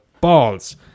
Balls